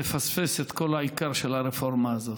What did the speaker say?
נפספס בעצם את כל העיקר של הרפורמה הזאת.